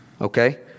okay